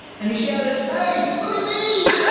and he shouted, hey, look at me!